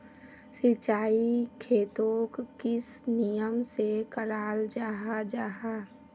सिंचाई खेतोक किस नियम से कराल जाहा जाहा?